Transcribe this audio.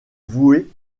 voué